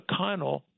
McConnell